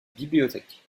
bibliothèque